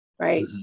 Right